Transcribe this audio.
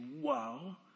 wow